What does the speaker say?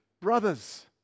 brothers